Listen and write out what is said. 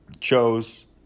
chose